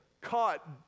caught